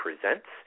Presents